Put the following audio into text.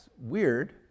weird